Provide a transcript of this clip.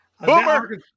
Boomer